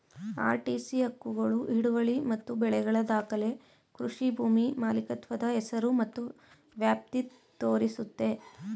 RTC ಹಕ್ಕುಗಳು ಹಿಡುವಳಿ ಮತ್ತು ಬೆಳೆಗಳ ದಾಖಲೆ ಕೃಷಿ ಭೂಮಿ ಮಾಲೀಕತ್ವದ ಹೆಸರು ಮತ್ತು ವ್ಯಾಪ್ತಿ ತೋರಿಸುತ್ತೆ